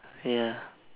ya